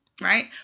right